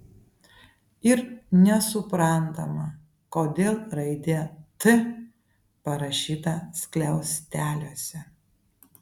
ir nesuprantama kodėl raidė t parašyta skliausteliuose